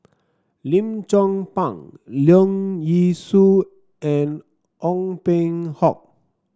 Lim Chong Pang Leong Yee Soo and Ong Peng Hock